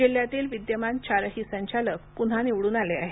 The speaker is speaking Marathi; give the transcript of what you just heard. जिल्ह्यातील विद्यमान चारही संचालक पुन्हा निवडून आले आहेत